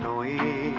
li